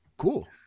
cool